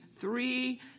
three